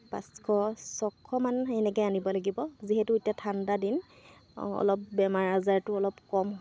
পাঁচশ ছশমান সেনেকৈ আনিব লাগিব যিহেতু এতিয়া ঠাণ্ডা দিন অলপ বেমাৰ আজাৰটো অলপ কম